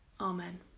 Amen